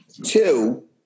two